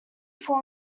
fall